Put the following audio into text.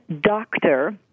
doctor